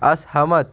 असहमत